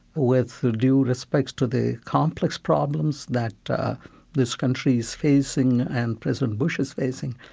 with due respect to the complex problems that this country is facing and president bush is facing,